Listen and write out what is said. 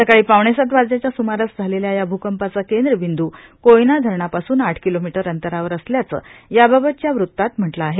सकाळी पावणे सात वाजेच्या स्मारास झालेल्या या भूकप्राचा केंद्रबिद्यू कोयना धरणापासून आठ किलोमीटर अप्ररावर असल्याचप्र याबाबतच्या वृतात म्हटल आहे